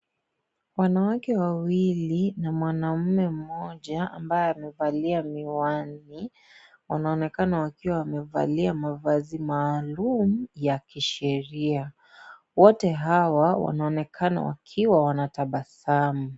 Wanawake wawili na mwanaume mmoja ambaye amevalia miwani wanaonekana wakiwa wamevalia mavazi maalum ya kisheria, wote hawa wanaonekana wakiwa wanatabasamu.